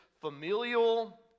familial